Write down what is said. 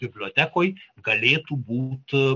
bibliotekoj galėtų būt